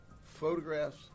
photographs